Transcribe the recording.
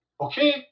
Okay